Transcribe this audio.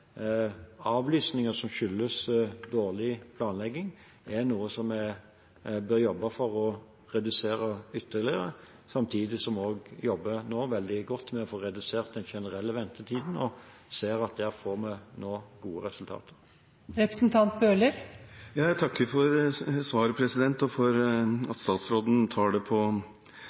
avlysninger som skyldes dårlig planlegging, er noe en bør jobbe for å redusere ytterligere, samtidig som en nå også jobber veldig godt med å få redusert den generelle ventetiden og ser at der får en nå gode resultater. Jeg takker for svaret og for at statsråden tar det på